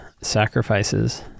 sacrifices